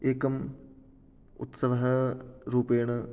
एकम् उत्सवरूपेण